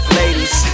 ladies